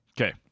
Okay